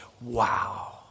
wow